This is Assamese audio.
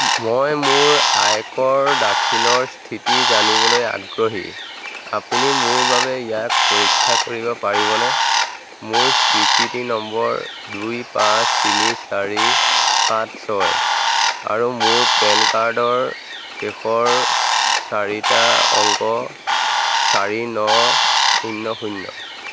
মই মোৰ আয়কৰ দাখিলৰ স্থিতি জানিবলৈ আগ্ৰহী আপুনি মোৰ বাবে ইয়াক পৰীক্ষা কৰিব পাৰিবনে মোৰ স্বীকৃতি নম্বৰ দুই পাঁচ তিনি চাৰি সাত ছয় আৰু মোৰ পেন কাৰ্ডৰ শেষৰ চাৰিটা অংক চাৰি ন শূন্য শূন্য